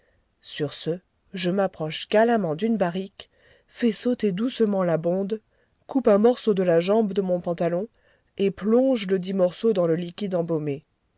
sur ce je m'approche galamment d'une barrique fais sauter doucement la bonde coupe un morceau de la jambe de mon pantalon et plonge ledit morceau dans le liquide embaumé